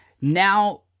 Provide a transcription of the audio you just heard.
Now